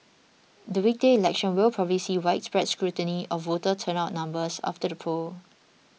the weekday election will probably see widespread scrutiny of voter turnout numbers after the polls